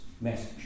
message